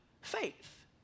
faith